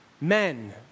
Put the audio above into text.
Men